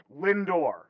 Lindor